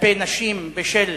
כלפי נשים בשל